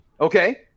Okay